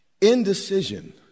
Indecision